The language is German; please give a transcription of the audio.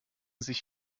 sich